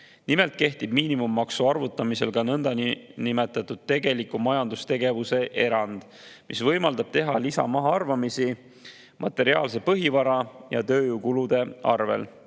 Nimelt kehtib miinimummaksu arvutamisel niinimetatud tegeliku majandustegevuse erand, mis võimaldab teha lisamahaarvamisi materiaalse põhivara ja tööjõukulude arvel.